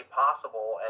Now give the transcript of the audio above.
possible